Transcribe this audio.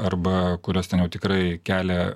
arba kurios ten jau tikrai kelia